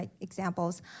examples